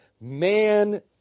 man